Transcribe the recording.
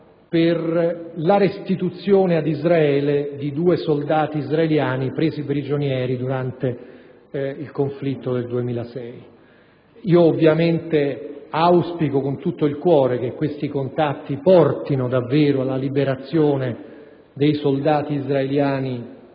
per la restituzione ad Israele di due soldati israeliani presi prigionieri durante il conflitto del 2006. Auspico naturalmente con tutto il cuore che tali contatti portino davvero alla liberazione dei soldati israeliani